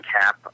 cap